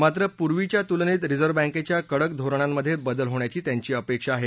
मात्र पूर्वीच्या तुलनेत रिझर्व बँकेच्या कडक धोरणांमध्ये बदल होण्याची त्यांची अपेक्षा आहे